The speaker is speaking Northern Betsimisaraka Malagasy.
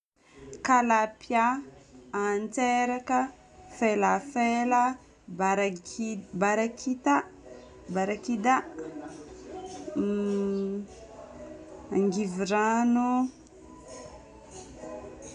Kalapia, antseraka, felafela, baraki- barakità, varakità, angivirano.